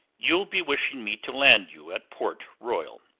you'll be wishing me to land you at port royal.